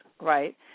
right